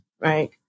Right